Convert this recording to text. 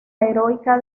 heroica